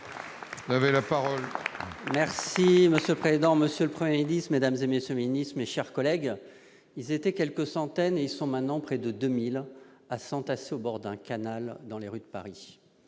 et républicain. Monsieur le président, monsieur le Premier ministre, mesdames, messieurs les ministres, mes chers collègues, ils étaient quelques centaines, et ils sont maintenant près de 2000 à s'entasser au bord d'un canal dans les rues de Paris.